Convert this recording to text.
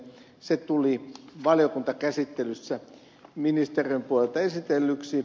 se tuli valiokuntakäsittelyssä ministeriön puolelta esitellyksi